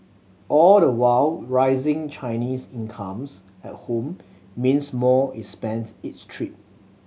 all the while rising Chinese incomes at home means more is spent each trip